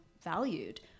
valued